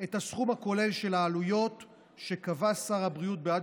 את הסכום הכולל של העלויות שקבע שר הבריאות בעד